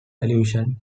allusion